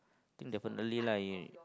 think definitely like